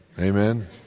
Amen